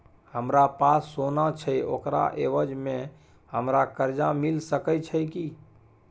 हमरा पास सोना छै ओकरा एवज में हमरा कर्जा मिल सके छै की?